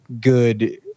good